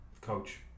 coach